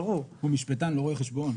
הוא משפטן, לא רואה חשבון.